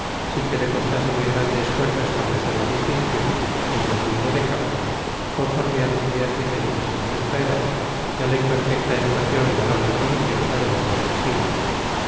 sin que le costase muy grande esfuerzo establecer la distinción el deslinde de campos conforme a las ideas vigentes en nuestra edad y a la imperfecta educación moral y religiosa del hombre del siglo